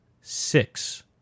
six